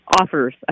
offers